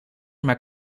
maar